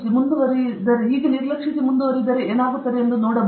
ನೀವು ಜಿ ಅನ್ನು ನಿರ್ಲಕ್ಷಿಸಿ ಮತ್ತು ಮುಂದುವರೆಯಲು ಏನಾಗುತ್ತದೆ ಎಂದು ನೋಡಬಹುದೇ